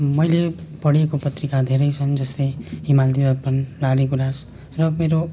मैले पढेको पत्रिका धेरै छन् जस्तै हिमालय दर्पण लाली गुँरास र मेरो